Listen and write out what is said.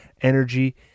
energy